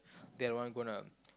they are the ones gonna